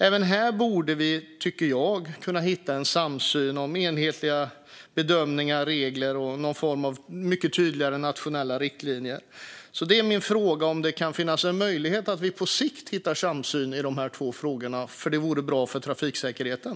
Även här tycker jag att vi borde kunna hitta en samsyn om enhetliga bedömningar och regler och någon form av mycket tydligare nationella riktlinjer. Min fråga är om det kan finnas en möjlighet att vi på sikt hittar samsyn i det här två frågorna. Det vore bra för trafiksäkerheten.